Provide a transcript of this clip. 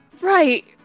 Right